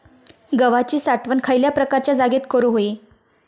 गव्हाची साठवण खयल्या प्रकारच्या जागेत करू होई?